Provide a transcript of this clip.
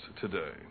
today